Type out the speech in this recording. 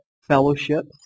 fellowships